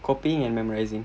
copying and memorising